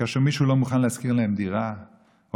כאשר מישהו לא מוכן להשכיר להם דירה או